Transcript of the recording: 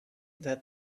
that